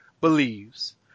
believes